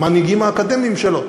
המנהיגים האקדמיים שלו,